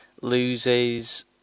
loses